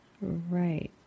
Right